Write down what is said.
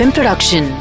Production